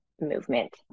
movement